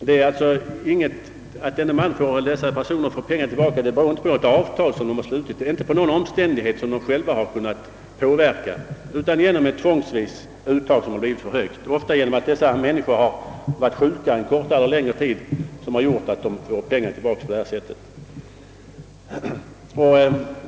Att en del skattebetalare får pengar tillbaka, beror inte på något avtal som de slutit eller på någon omständighet som de själva kunnat påverka, utan på tvångsmässiga uttag som blivit för höga. Ofta är det så att dessa människor har varit sjuka en kortare eller längre tid, vilket gör att de får pengar tillbaka på detta sätt.